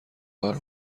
کار